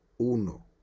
Uno